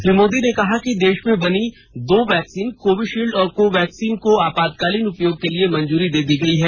श्री मोदी ने कहा कि देश में बनी दो वैक्सीन कोविशिल्ड और कोवाक्सिन को आपातकालीन उपयोग के लिए मंजूरी दे दी गई है